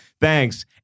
Thanks